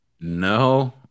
No